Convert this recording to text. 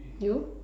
you